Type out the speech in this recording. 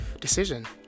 decision